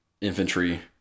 infantry